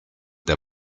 der